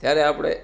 ત્યારે આપણે